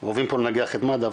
הוא הוביל פה לנגח את מד"א,